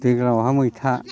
दैज्लाङावहाय मैथा